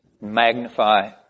Magnify